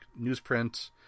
newsprint